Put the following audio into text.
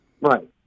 Right